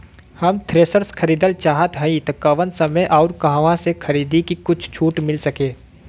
हम थ्रेसर खरीदल चाहत हइं त कवने समय अउर कहवा से खरीदी की कुछ छूट मिल सके?